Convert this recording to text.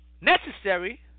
necessary